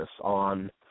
on